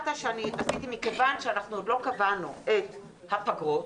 מכיוון שעוד לא קבענו את הפגרות,